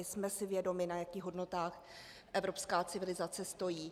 Jsme si vědomi, na jakých hodnotách evropská civilizace stojí.